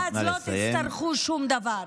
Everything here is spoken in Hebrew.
ואז לא תצטרכו שום דבר.